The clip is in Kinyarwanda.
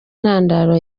ntandaro